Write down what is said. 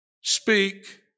speak